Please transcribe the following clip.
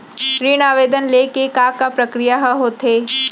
ऋण आवेदन ले के का का प्रक्रिया ह होथे?